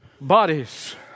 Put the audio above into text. bodies